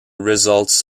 results